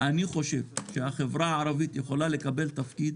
אני חושב שהחברה הערבית יכולה לקבל תפקיד